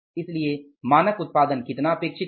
इसलिए मानक उत्पादन कितना अपेक्षित था